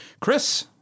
Chris